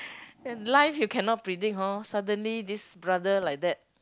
and life you cannot predict hor suddenly this brother like that